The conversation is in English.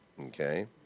Okay